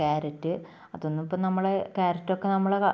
carrot അതൊന്നും ഇപ്പം നമ്മളെ കാരറ്റ് ഒക്കെ നമ്മളെ